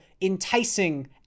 enticing